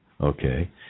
Okay